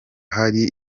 hari